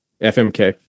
FMK